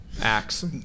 acts